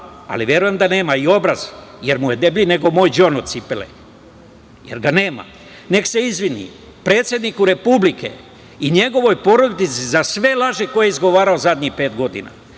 a verujem da nema, i obraz, jer mu je deblji nego moj đon od cipele, jer ga nema, nek se izvini predsedniku Republike i njegovoj porodici za sve laži koje je izgovarao u zadnjih pet godina,